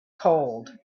cold